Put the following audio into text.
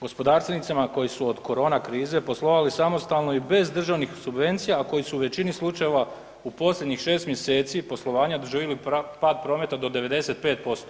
Gospodarstvenicima koji su od korona krize poslovali samostalno i bez državnih subvencija, a koji su u većini slučajeva u posljednjih šest mjeseci poslovanja doživjeli pad prometa do 95%